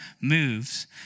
moves